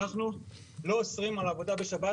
אנחנו לא אוסרים על עבודה בשבת